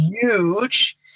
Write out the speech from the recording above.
huge